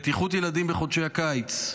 בטיחות הילדים בחודשי הקיץ,